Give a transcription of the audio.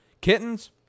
Kittens